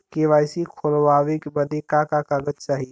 KYC खोलवावे बदे का का कागज चाही?